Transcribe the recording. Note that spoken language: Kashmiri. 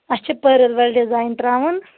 اَسہِ چھِ پٔرٕل وألۍ ڈِزاین ترٛاوُن